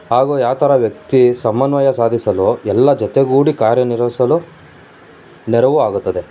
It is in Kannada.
ಹಾಗೂ ಯಾವ ಥರ ವ್ಯಕ್ತಿ ಸಮನ್ವಯ ಸಾಧಿಸಲು ಎಲ್ಲ ಜೊತೆಗೂಡಿ ಕಾರ್ಯನಿರ್ವಹಿಸಲು ನೆರವು ಆಗುತ್ತದೆ